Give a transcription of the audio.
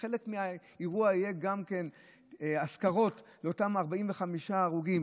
כשחלק מהאירוע יהיה אזכרות לאותם 45 הרוגים,